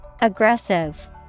Aggressive